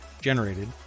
generated